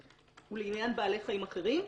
הוא לעניין בעלי חיים אחרים ושוב,